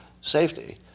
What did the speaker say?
safety